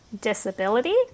disability